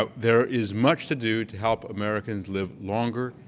ah there is much to do to help americans live longer,